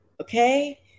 Okay